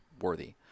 Worthy